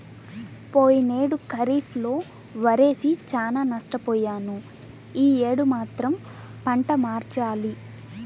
పోయినేడు ఖరీఫ్ లో వరేసి చానా నష్టపొయ్యాను యీ యేడు మాత్రం పంట మార్చాలి